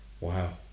Wow